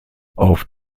auf